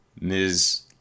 Ms